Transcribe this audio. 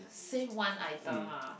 say one item ah